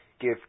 give